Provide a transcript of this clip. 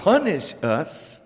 punish us